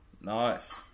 Nice